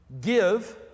Give